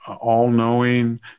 all-knowing